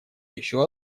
еще